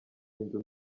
nzu